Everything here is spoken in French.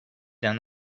d’un